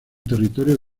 territorio